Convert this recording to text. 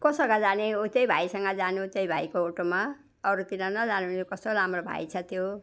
कोसँग जाने हो त्यही भाइसँग जानु त्यही भाइको अटोमा अरूतिर नजानु यो कस्तो राम्रो भाइ छ त्यो